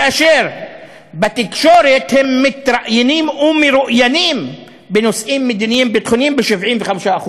ובתקשורת הם מתראיינים ומרואיינים בנושאים מדיניים-ביטחוניים ב-75%.